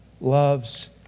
loves